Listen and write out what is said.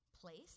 Place